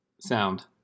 Sound